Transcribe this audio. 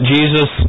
Jesus